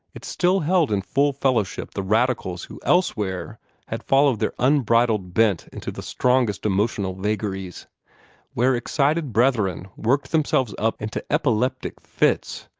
it still held in full fellowship the radicals who elsewhere had followed their unbridled bent into the strongest emotional vagaries where excited brethren worked themselves up into epileptic fits,